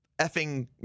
effing